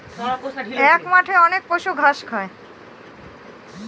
এক মাঠে অনেক পশু ঘাস খায়